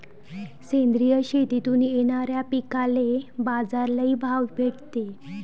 सेंद्रिय शेतीतून येनाऱ्या पिकांले बाजार लई भाव भेटते